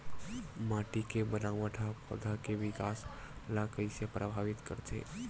माटी के बनावट हा पौधा के विकास ला कइसे प्रभावित करथे?